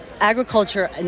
Agriculture